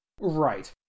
Right